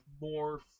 more